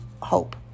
hope